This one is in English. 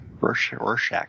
Rorschach